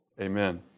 Amen